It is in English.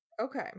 okay